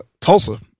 Tulsa